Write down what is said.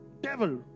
devil